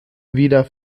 wieder